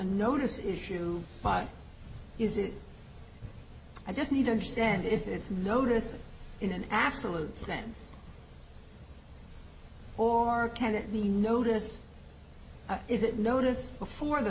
notice issue but is it i just need to understand if it's a notice in an absolute sense or tenet we noticed is it notice before the